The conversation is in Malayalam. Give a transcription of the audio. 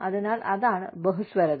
അതിനാൽ അതാണ് ബഹുസ്വരത